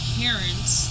parents